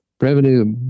revenue